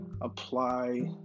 apply